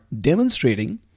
demonstrating